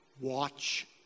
watch